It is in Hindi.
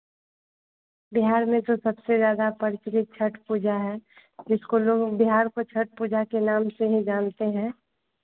बिहार में तो सबसे ज़्यादा प्रचलित छठ पूजा है जिसको लोग बिहार को छठ पूजा के नाम से ही जानते हैं